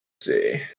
see